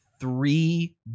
three